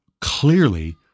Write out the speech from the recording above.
clearly